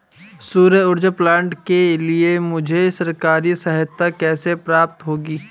सौर ऊर्जा प्लांट के लिए मुझे सरकारी सहायता कैसे प्राप्त होगी?